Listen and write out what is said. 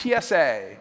TSA